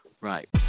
Right